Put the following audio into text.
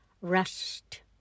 rest